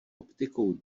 optikou